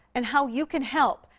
and how you can help.